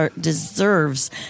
deserves